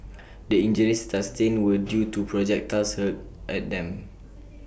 the injuries sustained were due to projectiles hurled at them